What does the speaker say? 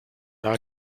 are